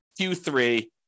Q3